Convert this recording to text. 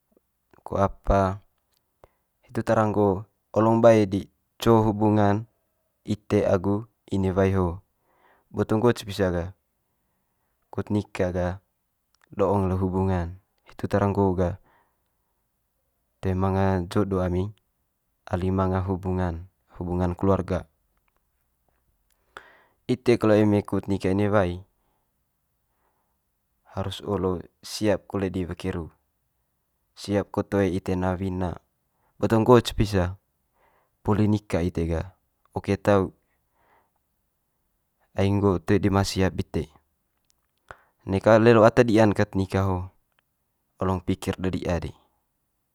Ko apa, hitu tara nggo olong bae di co hubungan ite agu inewai ho. Boto nggo cepisa ga kut nika ga, do'ong le hubungan, hitu tara nggo'o ga ali ali manga hubungan keluarga. Ite kole eme kut nika inewai harus olo siap kole di weki ru, siap ko toe ite na wina boto ne nggo cepisa poli nika ite ga oke tau ai nggo toe di ma siap dite. Neka lelo ata di'an ket nika ho'o olong pikir dedi'a di.